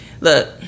Look